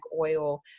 oil